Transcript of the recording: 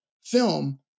film